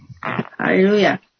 Hallelujah